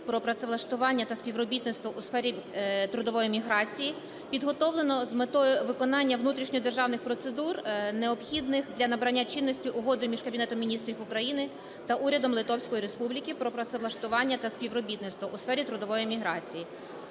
про працевлаштування та співробітництво у сфері трудової міграції підготовлено з метою виконання внутрішньодержавних процедур, необхідних для набрання чинності Угоди між Кабінетом Міністрів України та Урядом Литовської Республіки про працевлаштування та співробітництво у сфері трудової міграції.